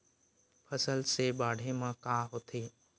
फसल से बाढ़े म का होथे?